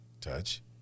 Touch